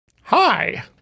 Hi